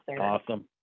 awesome